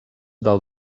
del